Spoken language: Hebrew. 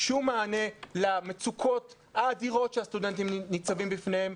שום מענה למצוקות האדירות שהסטודנטים ניצבים בפניהן,